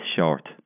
short